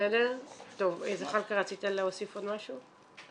חבר הכנסת זחאלקה, רצית להוסיף עוד משהו?